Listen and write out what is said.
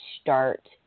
start